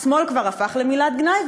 "השמאל" כבר הפך למילת גנאי,